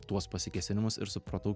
tuos pasikėsinimus ir supratau